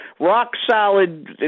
rock-solid